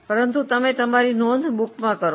પરંતુ તમે તમારી નોંધ બુકમાં કરો